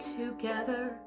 together